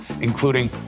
including